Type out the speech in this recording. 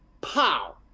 pow